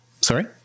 Sorry